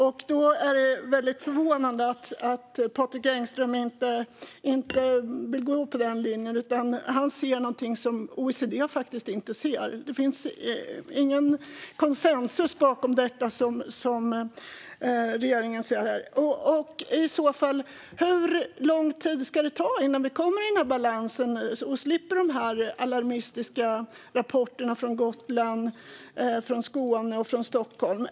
Därför är det väldigt förvånande att Patrik Engström inte vill gå på den linjen, utan han ser någonting som OECD faktiskt inte ser. Det finns ingen konsensus bakom det som regeringen ser här. Hur lång tid ska det ta innan vi kommer i balans och slipper de alarmistiska rapporterna från Gotland, Skåne och Stockholm?